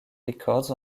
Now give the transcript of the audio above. records